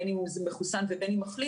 בין אם הוא מחוסן ובין אם מחלים,